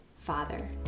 father